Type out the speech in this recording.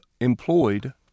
employed